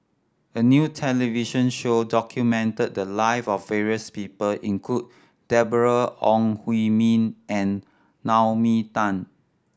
a new television show documented the live of various people include Deborah Ong Hui Min and Naomi Tan